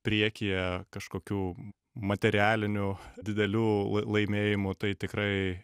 priekyje kažkokių materialinių didelių l laimėjimų tai tikrai